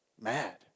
mad